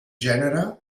gènere